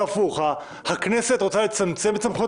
זה הפוך - הכנסת רוצה לצמצם את סמכויות